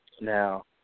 Now